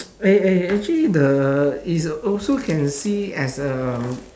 eh wait actually the is also can see as a